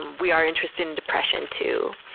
we are interested in depression, too.